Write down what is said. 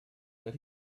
that